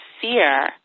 fear